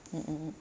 mm mm mm